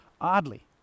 Oddly